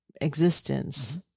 Existence